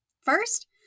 First